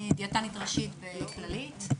אני דיאטנית ראשית בקופת חולים ׳כללית׳.